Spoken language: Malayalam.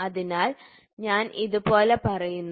അതിനാൽ ഞാൻ ഇതുപോലെ പറയുന്നു